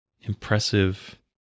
impressive